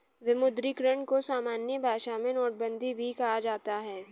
विमुद्रीकरण को सामान्य भाषा में नोटबन्दी भी कहा जाता है